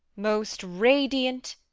most radiant,